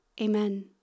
Amen